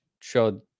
show